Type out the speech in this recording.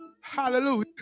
Hallelujah